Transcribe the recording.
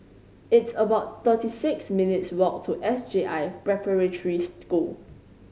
it's about thirty six minutes' walk to S J I Preparatory School